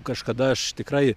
kažkada aš tikrai